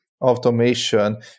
automation